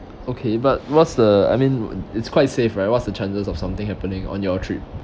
okay but what's the I mean it's quite safe right what's the chances of something happening on your trip